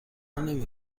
نمی